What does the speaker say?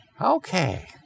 Okay